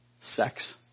sex